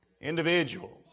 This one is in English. Individuals